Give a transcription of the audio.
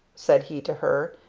said he to her.